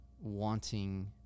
wanting